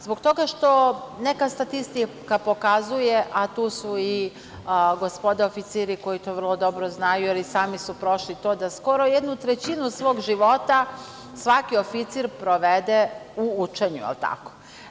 Zbog toga što neka statistika pokazuje, a tu su i gospoda oficiri koji to vrlo dobro znaju, jer i sami su prošli to, da skoro jednu trećinu svog života svaki oficir provede u učenju, jel tako?